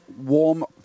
warm